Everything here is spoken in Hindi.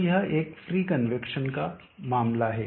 तो यह एक फ्री कन्वैक्शन का मामला है